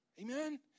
Amen